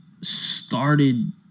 started